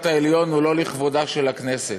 העליון הוא לא לכבודה של הכנסת.